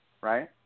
right